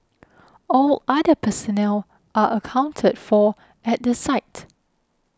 all other personnel are accounted for at the site